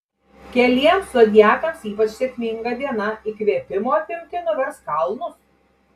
keliems zodiakams ypač sėkminga diena įkvėpimo apimti nuvers kalnus